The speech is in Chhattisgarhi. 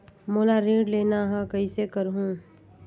मोला ऋण लेना ह, कइसे करहुँ?